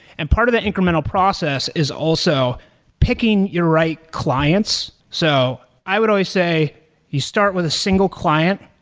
and part of that incremental process is also picking your right clients. so i would always say you start with a single client.